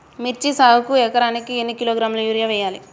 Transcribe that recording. మిర్చి సాగుకు ఎకరానికి ఎన్ని కిలోగ్రాముల యూరియా వేయాలి?